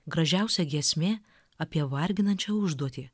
gražiausia giesmė apie varginančią užduotį